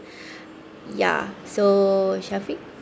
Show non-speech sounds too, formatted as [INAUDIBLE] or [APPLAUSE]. [BREATH] ya so shafiq